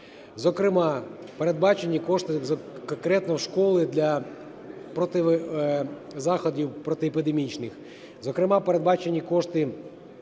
Зокрема, передбачені кошти конкретно в школи для заходів протиепідемічних. Зокрема, передбачені кошти